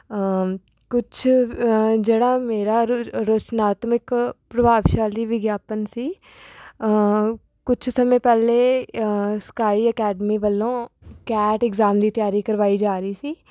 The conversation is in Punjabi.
ਕੁਛ ਜਿਹੜਾ ਮੇਰਾ ਰੋ ਰਚਨਾਤਮਕ ਪ੍ਰਭਾਵਸ਼ਾਲੀ ਵਿਗਿਆਪਨ ਸੀ ਕੁਛ ਸਮੇਂ ਪਹਿਲਾਂ ਸਕਾਈ ਅਕੈਡਮੀ ਵੱਲੋਂ ਕੈਟ ਇਗਜ਼ਾਮ ਦੀ ਤਿਆਰੀ ਕਰਵਾਈ ਜਾ ਰਹੀ ਸੀ